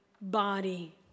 body